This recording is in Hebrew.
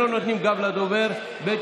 לא נותנים גב לדובר, ב.